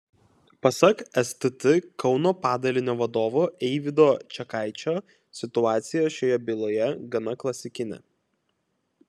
pasak stt kauno padalinio vadovo eivydo čekaičio situacija šioje byloje gana klasikinė